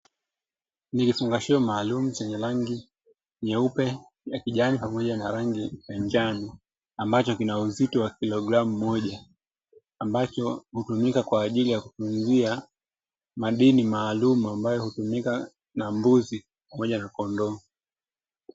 Ni kifungashio maalumu chenye rangi nyeupe na kijani pamoja na rangi ya njano ambacho kina uzito wa kilogramu moja, ambacho hutumika kwa ajili ya kutunzia madini maalumu ambayo hutumika na mbuzi pamoja na kondoo.